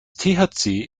thc